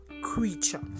creature